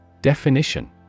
Definition